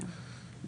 כן.